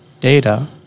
data